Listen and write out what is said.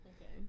Okay